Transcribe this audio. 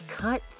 cut